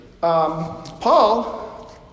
Paul